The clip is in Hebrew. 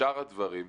בשאר הדברים,